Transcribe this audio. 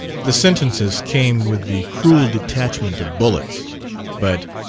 the sentences came with the cruel detachment of bullets but,